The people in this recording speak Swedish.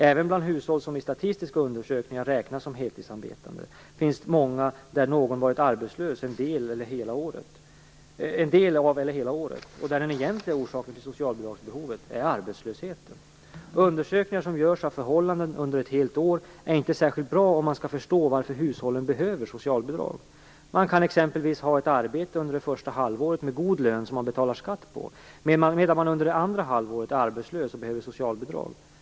Även bland hushåll som i statistiska undersökningar räknas som heltidsarbetande finns det många där någon varit arbetslös en del av eller hela året och där den egentliga orsaken till socialbidragsbehovet är arbetslösheten. Undersökningar som görs av förhållandena under ett helt år är inte särskilt bra om man skall förstå varför hushållen behöver socialbidrag. Man kan exempelvis ha ett arbete under det första halvåret med en god lön som man betalar skatt på, medan man under det andra halvåret är arbetslös och behöver socialbidrag.